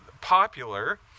popular